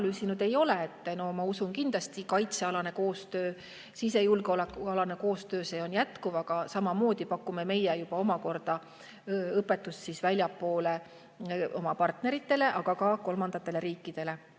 Ma usun, et kaitsealane koostöö, sisejulgeolekualane koostöö kindlasti jätkub. Aga samamoodi pakume meie juba omakorda õpetust väljapoole oma partneritele, ka kolmandatele riikidele.